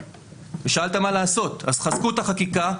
שאלת מה לעשות תחזקו את החקיקה,